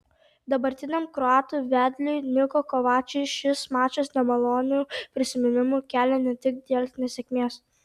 dabartiniam kroatų vedliui niko kovačui šis mačas nemalonių prisiminimų kelia ne tik dėl nesėkmės